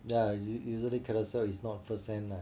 ya usually Carousell is not first hand ah